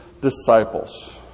disciples